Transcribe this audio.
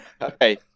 Okay